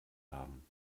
haben